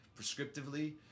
prescriptively